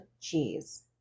cheese